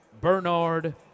Bernard